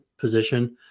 position